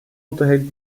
unterhält